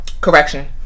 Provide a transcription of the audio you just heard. correction